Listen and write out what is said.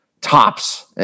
tops